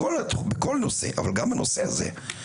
בכל נושא אבל גם הנושא הזה,